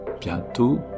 bientôt